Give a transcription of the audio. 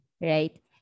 right